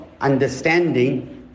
understanding